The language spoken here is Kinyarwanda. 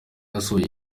yasohoye